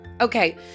Okay